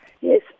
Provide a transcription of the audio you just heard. Yes